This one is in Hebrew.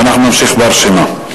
ואנחנו נמשיך ברשימה.